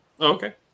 Okay